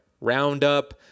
Roundup